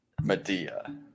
Medea